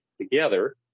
together